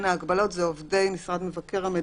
ההגבלות זה עובדי משרד מבקר המדינה,